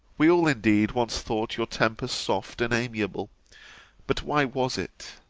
we all, indeed, once thought your temper soft and amiable but why was it?